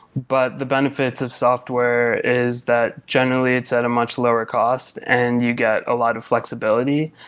but the benefits of software is that, generally, it's at a much lower cost and you got a lot of flexibility,